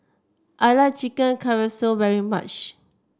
I like Chicken Casserole very much